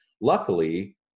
Luckily